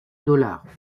dollars